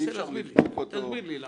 תנסה להסביר לי למה.